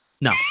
no